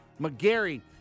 McGarry